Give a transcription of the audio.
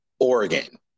Oregon